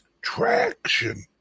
traction